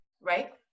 right